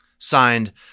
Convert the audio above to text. signed